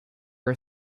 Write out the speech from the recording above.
are